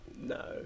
No